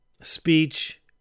speech